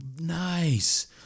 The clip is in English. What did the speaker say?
nice